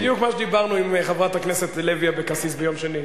בדיוק מה שדיברנו עם חברת הכנסת לוי אבקסיס ביום שני.